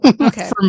Okay